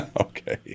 okay